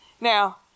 Now